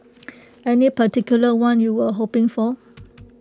any particular one you were hoping for